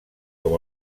com